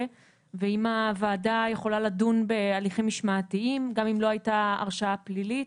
ואם הוועדה יכולה לדון בהליכים משמעתיים גם אם לא הייתה הרשעה פלילית.